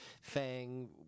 Fang